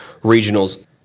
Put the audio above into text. regionals